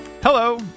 Hello